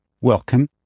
Welcome